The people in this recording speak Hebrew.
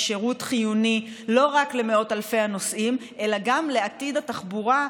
היא שירות חיוני לא רק למאות אלפי הנוסעים אלא גם לעתיד התחבורה,